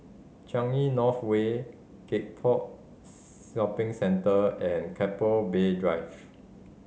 Changi North Way Gek Poh Shopping Centre and Keppel Bay Drive